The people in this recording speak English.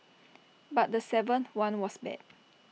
but the seventh one was bad